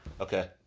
Okay